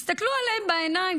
תסתכלו עליהן בעיניים,